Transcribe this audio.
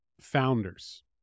Founders